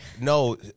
No